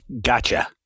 Gotcha